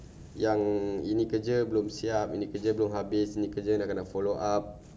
yang ini kerja belum siap ini kerja belum habis ni kerja nak kena follow up